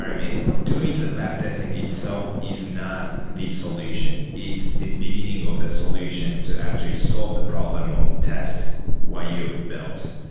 i mean? doing the back testing itself is not the solution. it's the beginning of the solution to actually solve the problem. test why you've built.